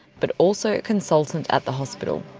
but also a consultant at the hospital.